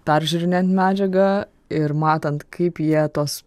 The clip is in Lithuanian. peržiūrinėjant medžiagą ir matant kaip jie tuos